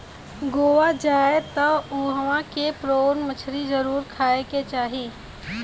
गोवा जाए त उहवा के प्रोन मछरी जरुर खाए के चाही